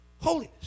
Holiness